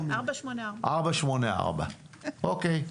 484. 484, אוקיי.